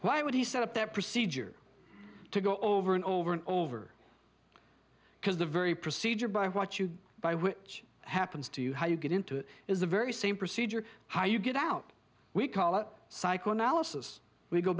why would he set up that procedure to go over and over and over because the very procedure by what you buy which happens to you how you get into it is the very same procedure how you get out we call it psychoanalysis we go